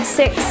six